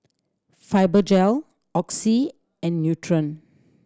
Fibogel Oxy and Nutren